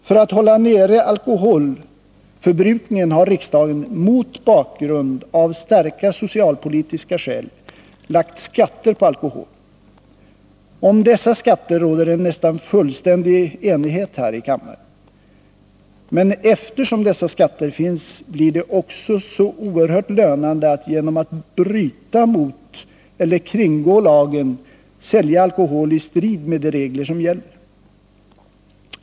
För att hålla nere alkoholförbrukningen har riksdagen, mot bakgrund av starka socialpolitiska skäl, lagt skatter på alkoholen. Om dessa skatter råder en nästan fullständig enighet här i kammaren. Men eftersom dessa skatter finns blir det också så oerhört lönande att genom att bryta mot eller kringgå lagen sälja alkohol i strid mot de regler som gäller.